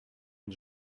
une